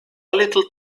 little